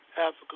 Africa